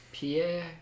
Pierre